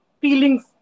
feelings